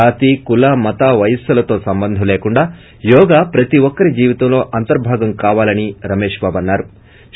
జాతి కుల మత వయస్సులతో సంబంధం లేకుండా యోగా ప్రత్ ఒక్కరి జీవితంలో అంతర్భాగం కావాలని రమేశ్ బాబు అన్నారు